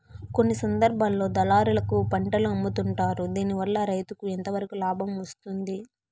కొన్ని సందర్భాల్లో దళారులకు పంటలు అమ్ముతుంటారు దీనివల్ల రైతుకు ఎంతవరకు లాభం వస్తుంది?